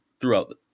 throughout